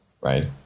right